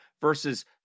versus